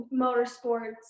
motorsports